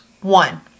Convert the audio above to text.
One